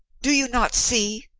do you not see?